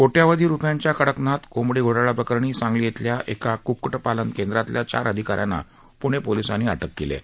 कोट्यवधी रुपयांच्या कडकनाथ कोंबडी घोटाळ्याप्रकरणी सांगली इथल्या एका क्क्क्टपालन केंद्रातल्या चार अधिकाऱ्यांना पूणे पोलिसांनी अटक केली आहे